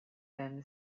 then